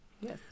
Yes